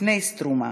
לפני "סטרומה",